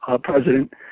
president